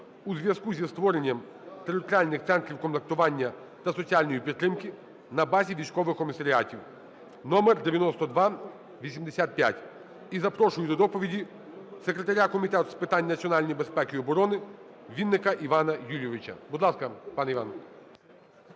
у зв'язку зі створенням територіальних центрів комплектування та соціальної підтримки на базі військових комісаріатів (№ 9285). І запрошую до доповіді секретаря Комітету з питань національної безпеки і оборониВінника Івана Юлійовича. Будь ласка, пане Іване.